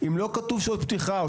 אם לא כתוב שעות פתיחה מה יעשו?